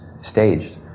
staged